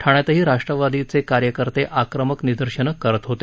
ठाण्यातही राष्ट्रवादीचे कार्यकर्ते आक्रमक निदर्शनं करत होते